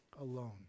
alone